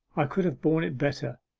i could have borne it better.